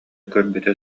көрбүтэ